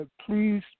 please